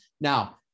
Now